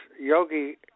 Yogi